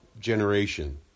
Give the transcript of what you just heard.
generation